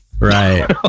Right